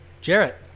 Jarrett